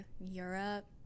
Europe